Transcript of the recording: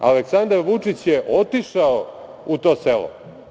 Aleksandar Vučić je otišao u to selo.